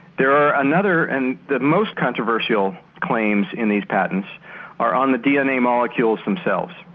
there are another and the most controversial claims in these patents are on the dna molecules themselves.